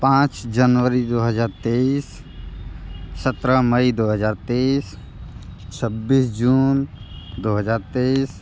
पाँच जनवरी दो हज़ार तेईस सत्रह मई दो हज़ार तेईस छब्बीस जून दो हज़ार तेईस